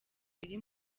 biri